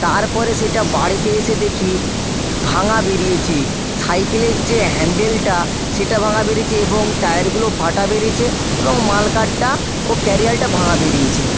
তার পরে সেটা বাড়িতে এসে দেখি ভাঙা বেরিয়েছে সাইকেলের যে হ্যান্ডেলটা সেটা ভাঙা বেরিয়েছে এবং টায়ারগুলোও ফাটা বেরিয়েছে এবং মাডগার্ডটা ও ক্যারিয়ারটা ভাঙা বেরিয়েছে